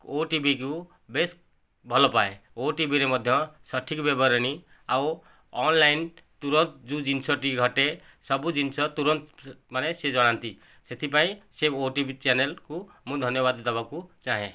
ଓଟିଭିକୁ ବେସ୍ ଭଲପାଏ ଓଟିଭିରେ ମଧ୍ୟ ସଠିକ ବିବରଣୀ ଆଉ ଅନଲାଇନ୍ ତୁରନ୍ତ ଯେଉଁ ଜିନିଷଟି ଘଟେ ସବୁ ଜିନିଷ ତୁରନ୍ତ ମାନେ ସେ ଜଣାନ୍ତି ସେଥିପାଇଁ ସେ ଓ ଟି ଭି ଚ୍ୟାନେଲକୁ ମୁଁ ଧନ୍ୟବାଦ ଦେବାକୁ ଚାହେଁ